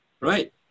right